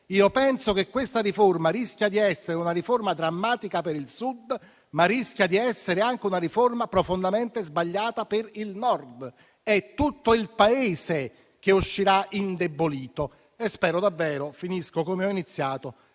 penso che questa riforma rischia di essere drammatica per il Sud, ma anche una riforma profondamente sbagliata per il Nord. È tutto il Paese che ne uscirà indebolito. Spero davvero, finendo come ho iniziato,